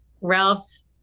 ralph's